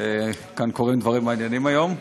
כאן קורים דברים מעניינים היום.